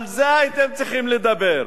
על זה הייתם צריכים לדבר,